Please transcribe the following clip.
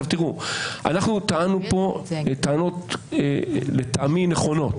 טענו פה טענות לטעמי נכונות,